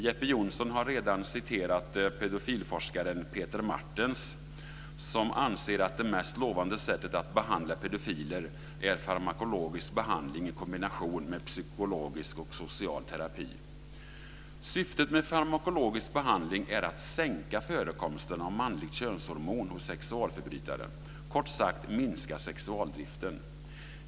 Jeppe Johnsson har redan citerat pedofiliforskaren Peter Martens som anser att det mest lovande sättet att behandla pedofiler är farmakologisk behandling i kombination med psykologisk och social terapi. Syftet med farmakologisk behandling är att sänka förekomsten av manligt könshormon hos sexualförbrytaren, kort sagt att minska sexualdriften.